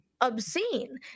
obscene